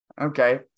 Okay